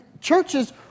Churches